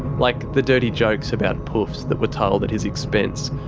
like the dirty jokes about poofs that were told at his expense,